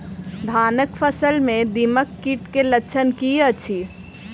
धानक फसल मे दीमक कीट केँ लक्षण की अछि?